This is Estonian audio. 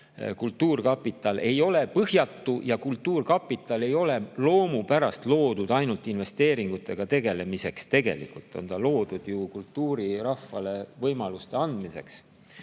kultuurkapital ei ole põhjatu ja kultuurkapital ei ole loomupärast loodud ainult investeeringutega tegelemiseks. Tegelikult on ta loodud kultuurirahvale võimaluste andmiseks. Nüüd